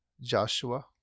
Joshua